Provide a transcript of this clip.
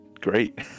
great